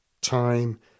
time